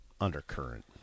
undercurrent